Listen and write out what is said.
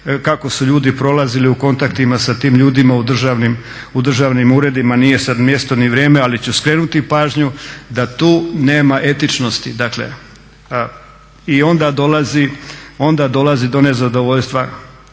kako su ljudi prolazili u kontaktima sa tim ljudima u državnim uredima. Nije sad mjesto ni vrijeme ali ću skrenuti pažnju da tu nema etičnosti i onda dolazi do nezadovoljstva